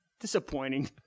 disappointing